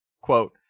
quote